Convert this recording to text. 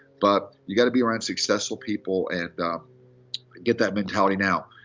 but you've got to be around successful people, and get that mentality now.